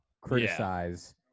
criticize